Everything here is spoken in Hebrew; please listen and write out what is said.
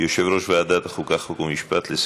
יושב-ראש ועדת החוקה, חוק ומשפט לסכם.